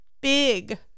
big